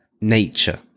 nature